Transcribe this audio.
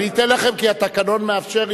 אבל אני אתן לכם כי התקנון מאפשר.